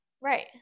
Right